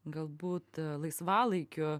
galbūt laisvalaikiu